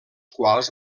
quals